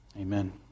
Amen